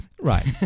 right